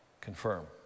confirm